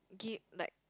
give~ like